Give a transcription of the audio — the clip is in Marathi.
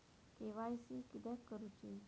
के.वाय.सी किदयाक करूची?